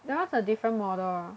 that [one]'s a different model